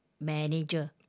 manager